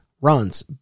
runs